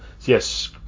Yes